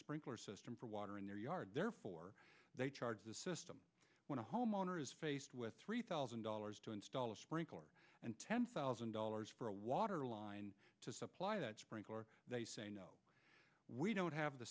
sprinkler system for water in their yard therefore they charge the system when a homeowner is faced with three thousand dollars to install a sprinkler and ten thousand dollars for a water line to supply the sprinkler we don't have the